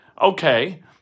Okay